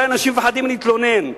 הרי אנשים מפחדים להתלונן,